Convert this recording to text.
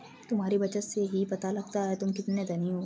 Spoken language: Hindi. तुम्हारी बचत से ही पता लगता है तुम कितने धनी हो